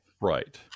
Right